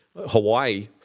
Hawaii